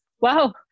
wow